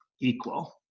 equal